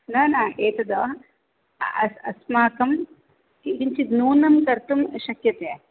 न न एतद् अस् अस्माकं कि किञ्चित् न्यूनं कर्तुं शक्यते